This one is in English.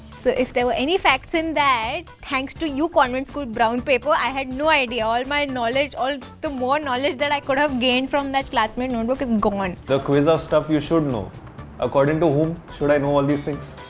so if there were any facts in that. thanks to you, convent school brown paper. i had no idea. all my knowledge. all the more knowledge i could have gained from that classmate notebook is gone. the quiz or stuff you so know. according to whom, should i know these things?